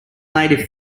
native